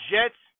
Jets